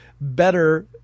better